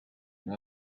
اِرز